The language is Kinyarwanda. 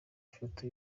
ifoto